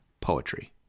poetry